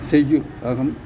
सेवितुम् अहं